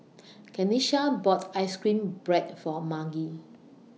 Kenisha bought Ice Cream Bread For Marge